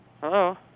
Hello